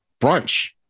brunch